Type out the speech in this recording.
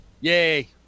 Yay